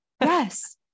Yes